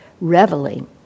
reveling